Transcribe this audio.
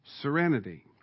serenity